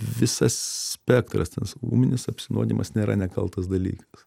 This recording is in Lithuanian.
visas spektras tas ūminis apsinuodijimas nėra nekaltas dalykas